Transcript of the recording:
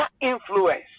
influence